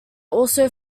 also